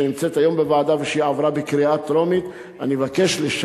שעברה בקריאה טרומית ונמצאת היום בוועדה,